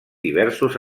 diversos